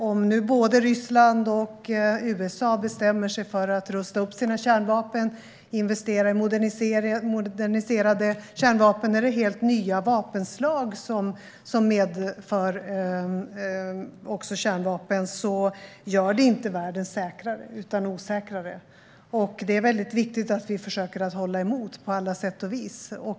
Om nu både Ryssland och USA bestämmer sig för att rusta upp sina kärnvapen och investera i moderniserade kärnvapen eller helt nya vapenslag som också medför kärnvapen gör det inte världen säkrare utan osäkrare, och det är väldigt viktigt att vi försöker hålla emot på alla sätt och vis.